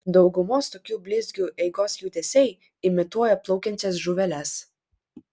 daugumos tokių blizgių eigos judesiai imituoja plaukiančias žuveles